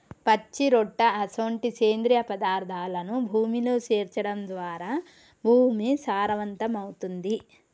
పచ్చిరొట్ట అసొంటి సేంద్రియ పదార్థాలను భూమిలో సేర్చడం ద్వారా భూమి సారవంతమవుతుంది